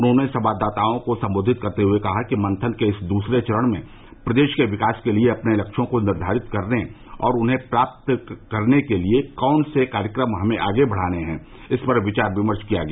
उन्होंने संवाददाताओं को संबोधित करते हुए कहा कि मंथन के इस दूसरे चरण में प्रदेश के विकास के लिए अपने लक्ष्यों को निर्धारित करने और उन्हें प्राप्त करने के लिये कौन से कार्यक्रम हमें आगे बढ़ाने हैं इस पर विचार विमर्श किया गया